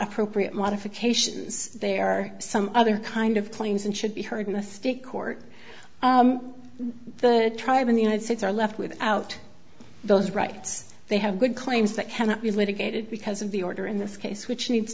appropriate modifications there are some other kind of claims and should be heard in the state court tribe in the united states are left without those rights they have good claims that cannot be litigated because of the order in this case which needs